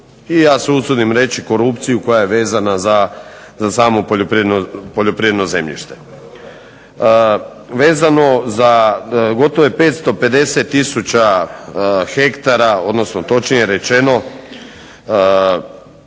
i ja se usudim reći korupciju koja je vezana za samo poljoprivredno zemljište. Vezano za gotovo 550 tisuća hektara, odnosno točnije rečeno